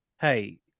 hey